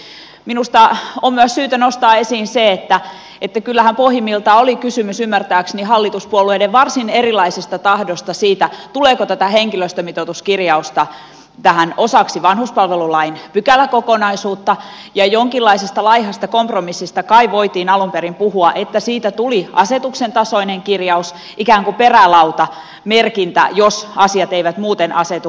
minusta on myös syytä nostaa esiin se että kyllähän pohjimmiltaan oli kysymys ymmärtääkseni hallituspuolueiden varsin erilaisesta tahdosta siitä tuleeko tätä henkilöstömitoituskirjausta tähän osaksi vanhuspalvelulain pykäläkokonaisuutta ja jonkinlaisesta laihasta kompromissista kai voitiin alun perin puhua että siitä tuli asetuksen tasoinen kirjaus ikään kuin perälautamerkintä jos asiat eivät muuten asetu kuntoon